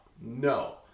No